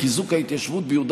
שתי חדשות יש לי.